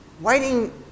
Waiting